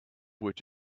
which